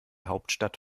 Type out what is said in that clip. hauptstadt